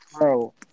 bro